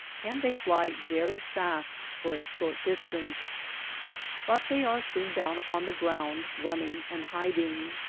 and they fly very fast for a short distance but they are soon down upon the ground, running and hiding.